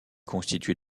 constituée